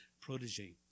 protege